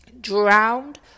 drowned